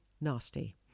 nasty